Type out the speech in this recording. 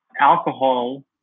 alcohol